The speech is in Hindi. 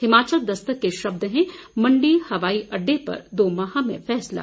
हिमाचल दस्तक के शब्द हैँ मंडी हवाई अड़डे पर दो माह में फैसला